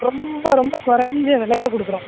ரொம்ப ரொம்ப கொறைஞ்ச விலையில கொடுக்குறோம்